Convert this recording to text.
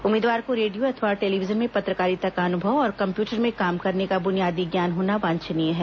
उम्मीदवार को रेडियो अथवा टेलीविजन में पत्रकारिता का अनुभव और कम्प्यूटर में काम करने का बुनियादी ज्ञान होना वांछनीय है